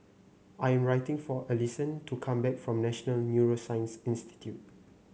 I am for Alyson to come back from National Neuroscience Institute